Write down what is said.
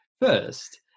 First